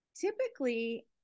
typically